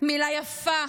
מילה יפה,